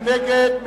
מי נגד?